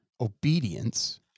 obedience